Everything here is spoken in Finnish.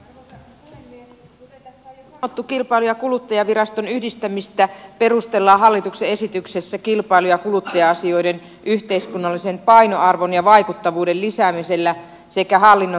kuten tässä on jo huomattu kilpailu ja kuluttajavirastojen yhdistämistä perustellaan hallituksen esityksessä kilpailu ja kuluttaja asioiden yhteiskunnallisen painoarvon ja vaikuttavuuden lisäämisellä sekä hallinnon tehostamisella